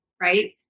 right